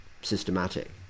systematic